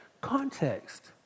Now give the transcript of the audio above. context